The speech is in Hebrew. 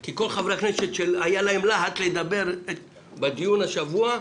כי כל חברי הכנסת שהיה להם להט לדבר בדיון השבוע,